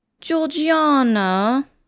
Georgiana